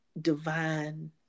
divine